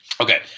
Okay